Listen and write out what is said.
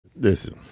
Listen